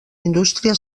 indústria